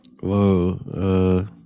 Whoa